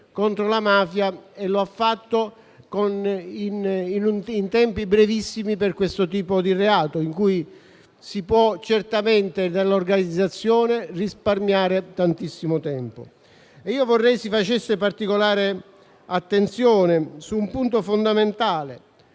contro la mafia e lo ha fatto in tempi brevissimi per questo tipo di reato, in cui dall'organizzazione si può certamente risparmiare tantissimo tempo. Vorrei si facesse particolare attenzione su un punto fondamentale: